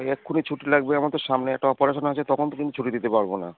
এক্ষুনি ছুটি লাগবে আমার তো সামনে একটা অপারেশান আছে তখন দু দিন ছুটি দিতে পারবো না